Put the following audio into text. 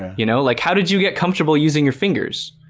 you know like how did you get comfortable using your fingers?